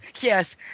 yes